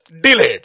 delayed